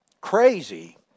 crazy